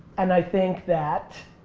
and i think that